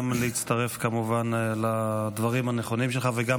תרשה לי גם להצטרף לדברים הנכונים שלך וגם